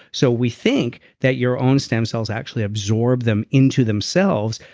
so we think that your own stem cells actually absorb them into themselves,